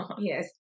yes